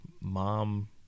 mom